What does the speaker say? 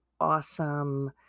awesome